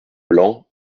blanc